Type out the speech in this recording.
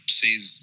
says